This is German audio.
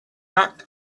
nackt